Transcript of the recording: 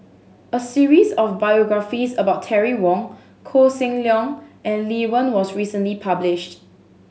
a series of biographies about Terry Wong Koh Seng Leong and Lee Wen was recently published